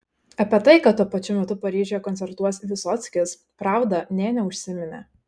apie tai kad tuo pačiu metu paryžiuje koncertuos vysockis pravda nė neužsiminė